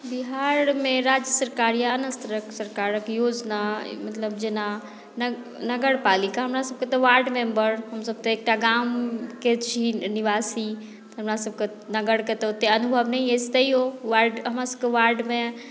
बिहारमे राज्य सरकार या अन्य स्तरक सरकारक योजना मतलब जेना नग नगरपालिका हमरासभकेँ तऽ वार्ड मेम्बर हमसभ तऽ एकटा गामके छी निवासी तऽ हमरासभकेँ नगरके तऽ ओतेक अनुभव नहि अछि तैयो वार्ड हमरासभके वार्डमे